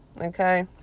Okay